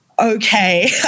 okay